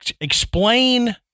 explain